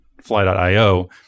fly.io